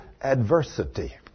adversity